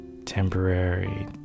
temporary